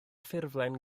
ffurflen